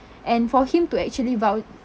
and for him to actually vou~